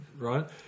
Right